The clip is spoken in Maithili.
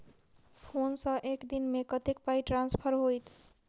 फोन सँ एक दिनमे कतेक पाई ट्रान्सफर होइत?